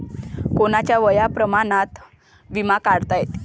कोनच्या वयापर्यंत बिमा काढता येते?